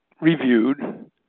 reviewed